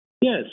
Yes